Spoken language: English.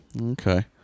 Okay